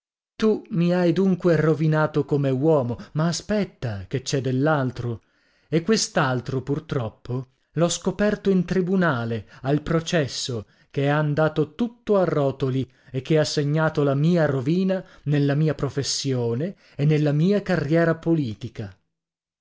tu mi hai dunque rovinato come uomo ma aspetta ché c'è dellaltro e quest'altro purtroppo l'ho scoperto in tribunale al processo che è andato tutto a rotoli e che ha segnato la mia rovina nella mia professione e nella mia carriera politica